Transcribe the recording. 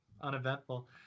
uneventful